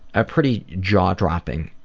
ah pretty jaw-dropping.